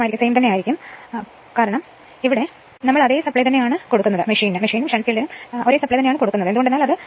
അതിനാൽ ഈ സാഹചര്യത്തിലും തത്ത്വചിന്ത അതേപടി നിലനിൽക്കും മെഷീനിലേക്കും ഷണ്ട് ഫീൽഡിലേക്കും സപ്ലൈ നൽകുന്ന കോൾ നൽകുന്ന sa ൽ നിന്ന് ഇവിടെ സാവധാനത്തിൽ തുടരുക